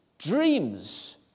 Dreams